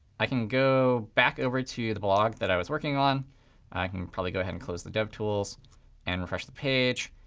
i can go back over to the blog that i was working on. i can probably go ahead and close the dev tools and refresh the page.